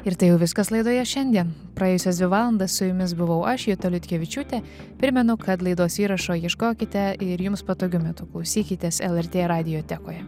ir tai jau viskas laidoje šiandien praėjusias dvi valandas su jumis buvau aš juta liutkevičiūtė primenu kad laidos įrašo ieškokite ir jums patogiu metu klausykitės lrt radijo tekoje